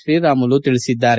ತ್ರೀರಾಮುಲು ಹೇಳಿದ್ದಾರೆ